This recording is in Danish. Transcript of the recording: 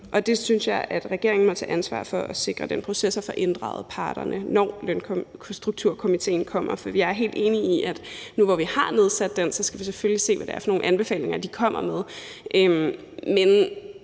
Jeg synes, at regeringen må tage ansvar for at sikre den proces og for at få inddraget parterne, når Lønstrukturkomitéen kommer med dens konklusioner. For jeg er helt enig i, at nu, hvor vi har nedsat den, skal vi selvfølgelig se, hvad det er for nogle anbefalinger, den kommer med, men